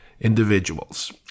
individuals